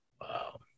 Wow